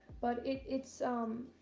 but it it's um